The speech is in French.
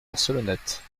barcelonnette